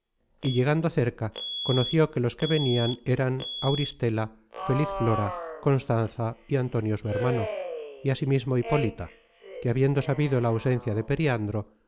y llegando cerca conoció que los que venian eran auristela feliz flora constanza y antonio su hermano y asimismo hipólita que habiendo sabido la ausencia de periandro